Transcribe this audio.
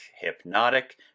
Hypnotic